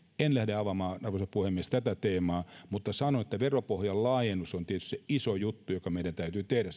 en lähde avaamaan tätä teemaa arvoisa puhemies mutta sanon että veropohjan laajennus on tietysti se iso juttu joka meidän täytyy tehdä